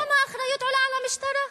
אז גם האחריות חוזרת למשטרה.